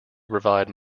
provide